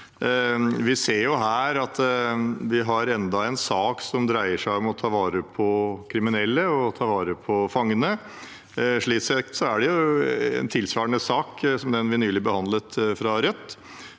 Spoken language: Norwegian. Vi ser her enda en sak som dreier seg om å ta vare på kriminelle og ta vare på fangene. Slik sett er det en tilsvarende sak som den vi nylig behandlet fra Rødt.